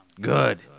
Good